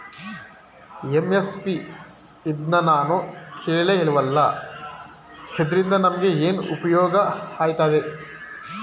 MSP ಇದ್ನನಾನು ಕೇಳೆ ಇಲ್ವಲ್ಲ? ಇದ್ರಿಂದ ನಮ್ಗೆ ಏನ್ಉಪ್ಯೋಗ ಆಯ್ತದೆ?